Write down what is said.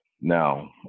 now